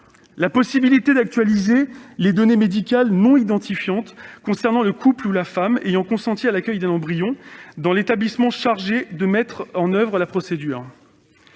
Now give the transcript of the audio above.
la possibilité d'actualiser les données médicales non identifiantes concernant le couple ou la femme ayant consenti à l'accueil d'un embryon dans les établissements chargés de mettre en oeuvre cette procédure